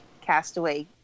castaway